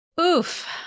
Oof